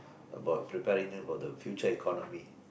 about preparing them for the future economy